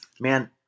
Man